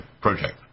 project